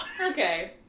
Okay